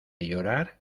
llorar